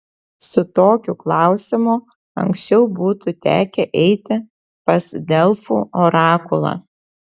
su tokiu klausimu anksčiau būtų tekę eiti pas delfų orakulą